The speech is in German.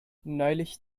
neulich